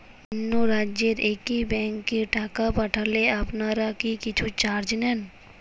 অন্য রাজ্যের একি ব্যাংক এ টাকা পাঠালে আপনারা কী কিছু চার্জ নেন?